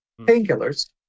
painkillers